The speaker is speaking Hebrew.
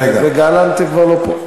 גלנט כבר לא פה,